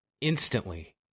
instantly